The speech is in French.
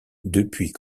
depuis